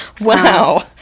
Wow